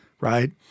right